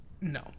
No